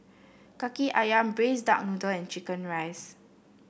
Kaki ayam Braised Duck Noodle and chicken rice